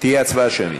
תהיה הצבעה שמית.